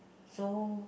so